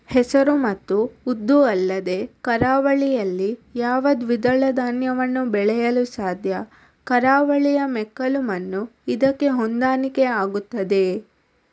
ಹೆಸರು ಮತ್ತು ಉದ್ದು ಅಲ್ಲದೆ ಕರಾವಳಿಯಲ್ಲಿ ಯಾವ ದ್ವಿದಳ ಧಾನ್ಯವನ್ನು ಬೆಳೆಯಲು ಸಾಧ್ಯ? ಕರಾವಳಿಯ ಮೆಕ್ಕಲು ಮಣ್ಣು ಇದಕ್ಕೆ ಹೊಂದಾಣಿಕೆ ಆಗುತ್ತದೆಯೇ?